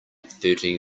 thirty